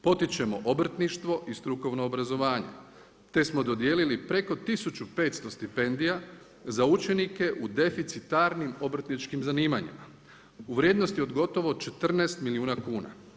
Potičemo obrtništvo i strukovno obrazovanje, te smo dodijelili preko 1500 stipendija za učenike u deficitarnim obrtničkim zanimanjima u vrijednosti od gotovo 14 milijuna kuna.